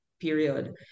period